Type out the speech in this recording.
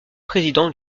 président